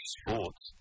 sports